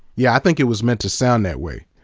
yeah i think it was meant to sound that way,